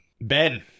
Ben